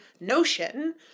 notion